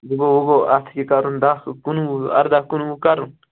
وۅنۍ گوٚو وۅنۍ گوٚو اَتھ یہِ کَرُن دَہ کُنوُہ اَرداہ کُنوُہ کَرُن